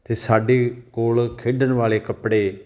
ਅਤੇ ਸਾਡੇ ਕੋਲ ਖੇਡਣ ਵਾਲੇ ਕੱਪੜੇ